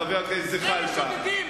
חבר הכנסת זחאלקה,